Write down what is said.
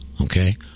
okay